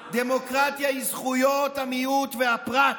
היא זכויות המיעוט והפרט.